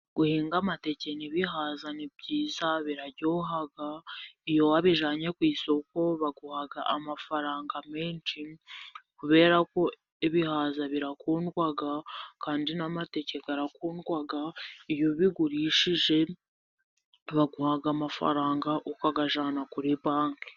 Guhinga amateke nibihaza ni byiza, biraryoha iyo wabijyananye ku isoko baguha amafaranga menshi, kubera ko ibihaza birakundwa kandi namateke arakundwa iyo ubigurishije baguha amafaranga, ukayajyana kuri banki.